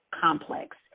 complex